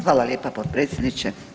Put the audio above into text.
Hvala lijepa potpredsjedniče.